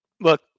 look